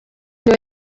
niwe